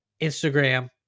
Instagram